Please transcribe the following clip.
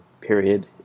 period